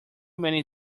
many